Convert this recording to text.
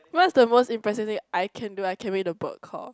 what is the most impressive thing I can do I can make a bird call